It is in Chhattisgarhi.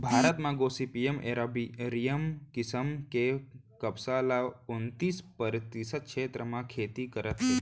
भारत म गोसिपीयम एरबॉरियम किसम के कपसा ल उन्तीस परतिसत छेत्र म खेती करत हें